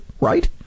right